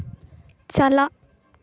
ᱪᱟᱞᱟᱜ